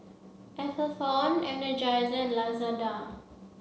Atherton Energizer and Lazada